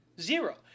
Zero